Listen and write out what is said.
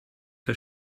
der